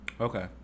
Okay